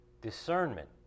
Discernment